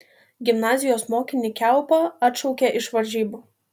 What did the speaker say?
gimnazijos mokinį kiaupą atšaukė iš varžybų